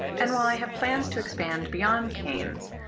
and while i have plans to expand beyond canes,